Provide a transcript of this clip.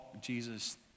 Jesus